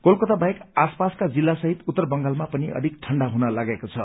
कोलकता बाहेक आसपासका जिल्ला सहित उत्तर बंगालमा पनि अधिक ठण्डा हुन लागेको छ